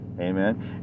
amen